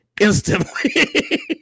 instantly